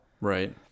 Right